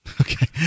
okay